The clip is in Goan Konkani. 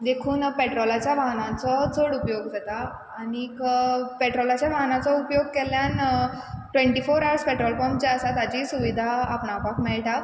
देखून पेट्रोलाच्या वाहनाचो चड उपयोग जाता आनीक पेट्रोलाच्या वाहनाचो उपयोग केल्ल्यान ट्वेन्टी फोर हावर्स जे पेट्रोल पंप आसा ताची सुविधा आपणावपाक मेळटा